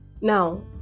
now